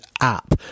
app